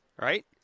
right